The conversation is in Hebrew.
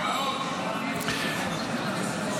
אלעזר שטרן (יש עתיד):